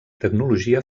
tecnologia